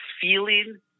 feeling